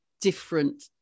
different